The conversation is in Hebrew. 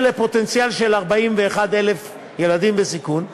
לפוטנציאל של 41,000 ילדים בסיכון,